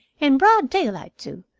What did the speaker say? in broad daylight, too.